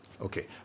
Okay